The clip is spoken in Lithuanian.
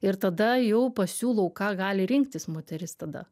ir tada jau pasiūlau ką gali rinktis moteris tada